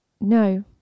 no